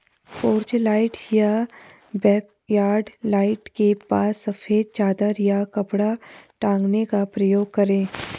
porch light या backyard light के पास सफेद चादर या कपड़ा टांगने का प्रयास करें